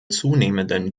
zunehmenden